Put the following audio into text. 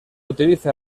utiliza